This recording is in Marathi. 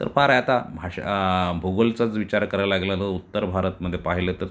तर फार आता भाषा भूगोलाचाच विचार करायला लागला तर उत्तर भारतामध्ये पाहिलं तर